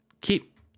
keep